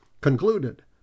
concluded